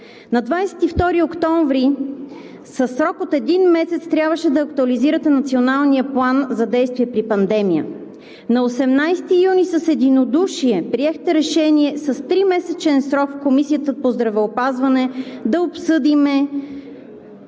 На 22 октомври със срок от един месец трябваше да актуализирате Националния план за действие при пандемия. На 18 юни с единодушие приехте решение с тримесечен срок в Комисията по здравеопазване да обсъдим